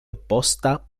opposta